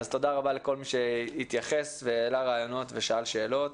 אז תודה רבה לכל מי שהתייחס והעלה רעיונות ושאל שאלות,